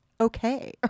okay